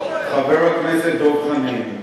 חבר הכנסת דב חנין,